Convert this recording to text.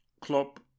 Klopp